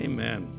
Amen